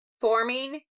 forming